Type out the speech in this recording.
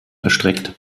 erstreckt